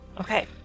Okay